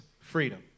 freedom